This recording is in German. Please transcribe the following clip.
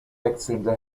wechselnde